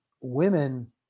women